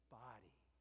body